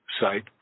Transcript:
site